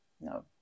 no